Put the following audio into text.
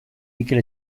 mikel